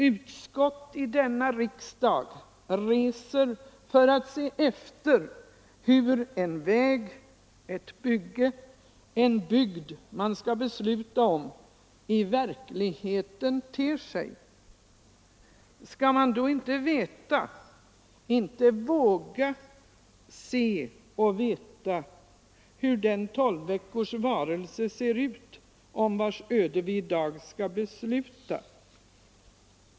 Utskott i denna riksdag reser för att se efter hur en väg, ett bygge, en bygd man skall besluta om i verkligheten ter sig. Skall man då inte veta — inte våga se och veta — hur den tolvveckors varelse ser ut om vars öde vi i dag skall besluta?